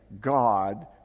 God